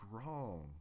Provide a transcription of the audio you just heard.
strong